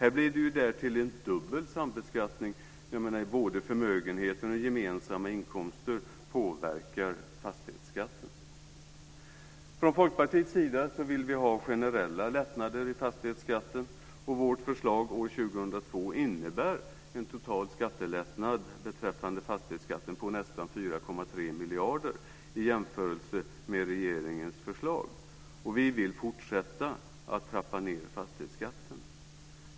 Här blir det därtill en dubbel sambeskattning, både förmögenheten och gemensamma inkomster påverkar fastighetsskatten. Från Folkpartiets sida vill vi ha generella lättnader i fastighetsskatten, och vårt förslag år 2002 innebär en total skattelättnad beträffande fastighetsskatten på nästan 4,3 miljarder i jämförelse med regeringens förslag. Och vi vill fortsätta att trappa ned fastighetsskatten.